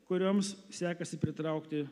kurioms sekasi pritraukti